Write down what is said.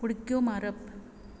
उडक्यो मारप